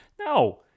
No